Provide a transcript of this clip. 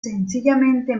sencillamente